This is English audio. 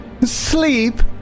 Sleep